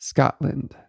Scotland